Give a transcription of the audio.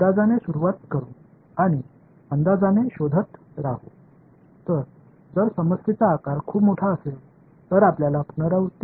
நாங்கள் சில யூகங்களுடன் தொடங்கி யூகத்தைக் கண்டுபிடிப்போம்